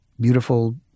beautiful